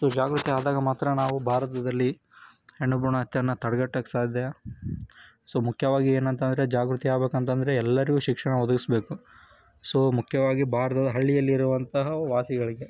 so ಜಾಗೃತಿ ಆದಾಗ ಮಾತ್ರ ನಾವು ಭಾರತದಲ್ಲಿ ಹೆಣ್ಣು ಭ್ರೂಣ ಹತ್ಯೆಯನ್ನು ತಡೆಗಟ್ಟೋಕೆ ಸಾಧ್ಯ ಸೊ ಮುಖ್ಯವಾಗಿ ಏನು ಅಂತ ಅಂದ್ರೆ ಜಾಗೃತಿ ಆಗಬೇಕಂತಂದ್ರೆ ಎಲ್ಲರಿಗೂ ಶಿಕ್ಷಣ ಒದಗಿಸಬೇಕು ಸೊ ಮುಖ್ಯವಾಗಿ ಭಾರತದ ಹಳ್ಳಿಯಲ್ಲಿರುವಂತಹ ವಾಸಿಗಳಿಗೆ